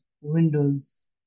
Windows